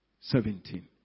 Seventeen